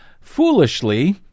foolishly